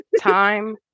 time